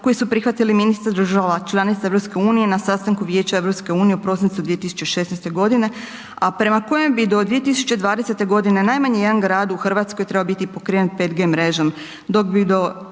Hrvatskoj trebao biti pokriven 5G mrežom